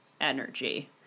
energy